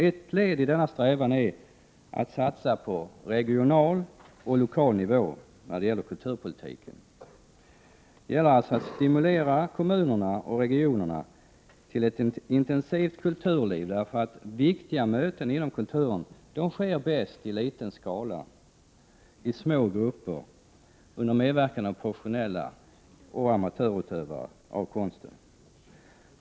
Ett led i denna strävan är att satsa på regional och lokal nivå när det gäller kulturpolitiken. Det gäller alltså att stimulera kommunerna och regionerna till ett intensivt kulturliv, för viktiga möten inom kulturen sker bäst i liten skala, i små grupper, under medverkan av professionella och amatörutövare av konsten.